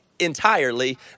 entirely